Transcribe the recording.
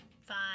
Fine